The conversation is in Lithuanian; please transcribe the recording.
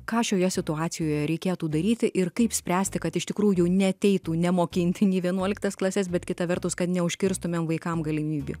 ką šioje situacijoje reikėtų daryti ir kaip spręsti kad iš tikrųjų neateitų nemokintini vienuoliktas klases bet kita vertus kad neužkirstumėme vaikams galimybių